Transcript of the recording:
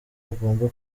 bagomba